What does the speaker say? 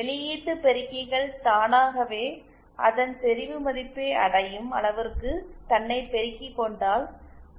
வெளியீட்டு பெருக்கிகள் தானகவே அதன் செறிவு மதிப்பை அடையும் அளவிற்கு தன்னைப் பெருக்கிக் கொண்டால்